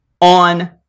on